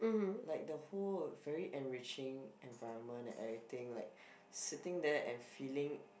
like the whole very enriching environment and everything like sitting there and feeling